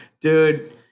dude